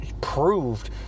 proved